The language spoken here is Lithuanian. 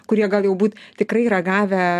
kurie gal jau būt tikrai ragavę